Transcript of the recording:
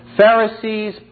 Pharisees